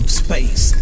space